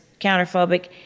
counterphobic